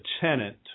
tenant